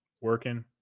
Working